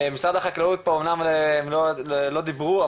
משרד החקלאות פה אמנם לא דיברו,